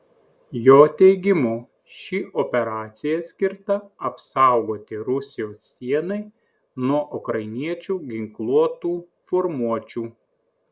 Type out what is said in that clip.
jo teigimu ši operacija skirta apsaugoti rusijos sienai nuo ukrainiečių ginkluotų formuočių